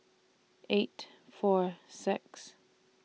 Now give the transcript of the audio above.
eight four six